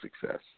success